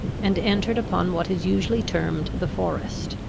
and entered upon what is usually termed the forest.